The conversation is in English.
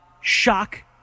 Shock